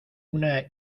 una